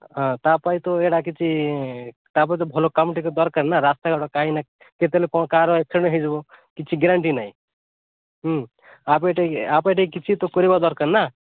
ହ ତା ପାଇଁ ତ ହେଟା କିଛି ତା ପାଇଁ ତ ଭଲ କାମ୍ ଟିକେ ଦରକାର ନା ରାସ୍ତା ଘାଟ କାହିଁକିନା କେତେବେଲେ କଣ କାହାର ଆକ୍ସିଡ଼େଣ୍ଟ ହେଇଯିବ କିଛି ଗ୍ୟାରେଣ୍ଟି ନାହିଁ ଆ ପାଇଁ ଆ ପାଇଁ ଟିକେ କିଛି ତ କରିବାର ଦରକାର ନା